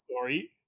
Story